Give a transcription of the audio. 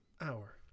Hour